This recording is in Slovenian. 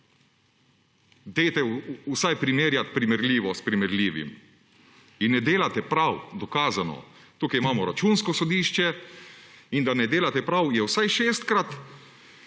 Dajte vsaj primerjati primerljivo s primerljivim! In ne delate prav, dokazano. Tukaj imamo Računsko sodišče in da ne delate prav, je vsaj šestkrat